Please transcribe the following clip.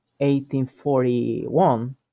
1841